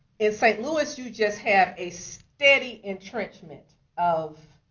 in st. louis you just have a steady entrenchment of